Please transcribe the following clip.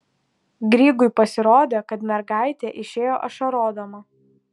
grygui pasirodė kad mergaitė išėjo ašarodama